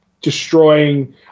destroying